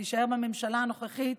שתישאר בממשלה הנוכחית.